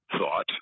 thought